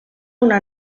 una